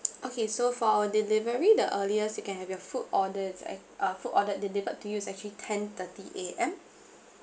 okay so for delivery the earliest you can have your food order is act~ uh food ordered delivered to you is actually ten thirty A_M